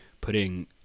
putting